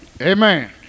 Amen